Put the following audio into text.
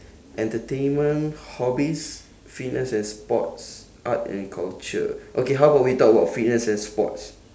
entertainment hobbies fitness and sports art and culture okay how about we talk about fitness and sports